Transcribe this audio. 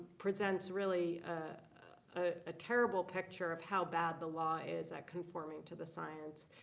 presents really a terrible picture of how bad the law is at conforming to the science.